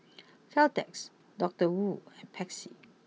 Caltex Doctor Wu and Pepsi